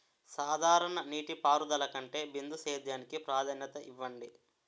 సాధారణ నీటిపారుదల కంటే బిందు సేద్యానికి ప్రాధాన్యత ఇవ్వండి